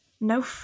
no